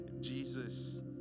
Jesus